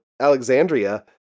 Alexandria